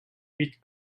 pit